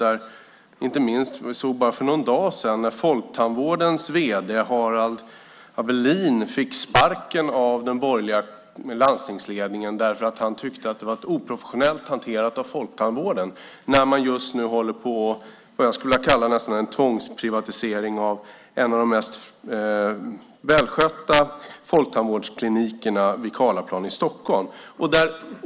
För någon dag sedan fick folktandvårdens vd Harald Abelin sparken av den borgerliga landstingsledningen därför att han tyckte att det är en oprofessionell hantering av folktandvården när en av de mest välskötta folktandvårdsklinikerna vid Karlaplan i Stockholm håller på att tvångsprivatiseras.